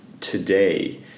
today